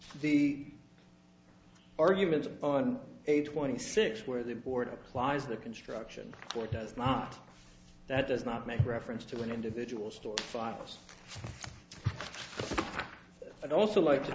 the arguments on age twenty six where the board applies the construction or does not that does not make reference to an individual story files i'd also like to